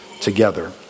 together